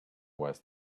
was